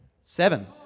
Seven